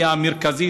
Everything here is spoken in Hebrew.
והמרכזית,